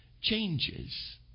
changes